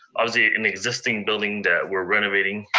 obviously in the existing building that we're renovating,